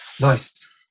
Nice